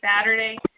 Saturday